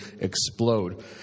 explode